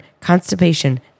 constipation